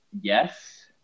yes